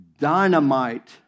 dynamite